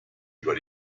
über